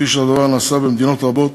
כפי שהדבר נעשה במדינות רבות,